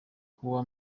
kuwa